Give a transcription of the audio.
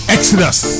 Exodus